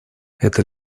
это